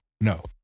No